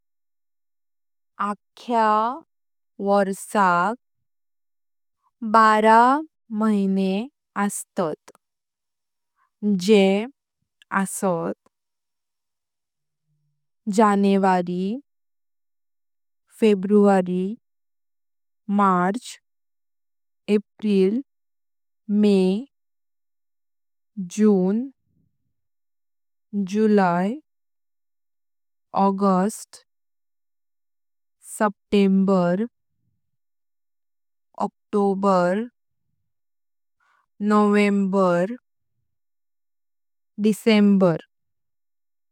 आख्ख्या वर्साक बारा महिने अस्तात जे आहेत। जानेवारी, फेब्रुवारी, मार्च, एप्रिल, मे, जून, जुलै, ऑगस्ट, सप्टेंबर, ऑक्टोबर, नोव्हेंबर, डिसेंबर।